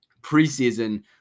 preseason